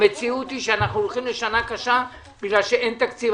המציאות היא שאנחנו הולכים לשנה קשה כי אין תקציב.